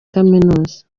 kaminuza